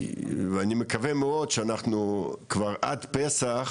ואני מקווה מאוד שאנחנו כבר עד פסח,